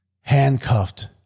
handcuffed